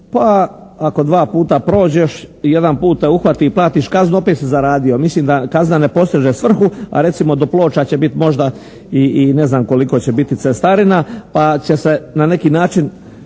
pa ako dva puta prođeš i jedan put te uhvati i platiš kaznu opet si zaradio. Mislim da kazna ne postiže svrhu, a recimo do Ploča će biti možda i ne znam koliko će biti cestarina pa će se na neki način